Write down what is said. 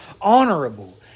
honorable